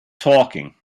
talking